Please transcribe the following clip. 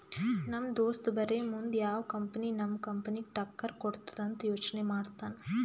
ನಮ್ ದೋಸ್ತ ಬರೇ ಮುಂದ್ ಯಾವ್ ಕಂಪನಿ ನಮ್ ಕಂಪನಿಗ್ ಟಕ್ಕರ್ ಕೊಡ್ತುದ್ ಅಂತ್ ಯೋಚ್ನೆ ಮಾಡ್ತಾನ್